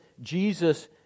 Jesus